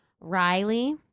Riley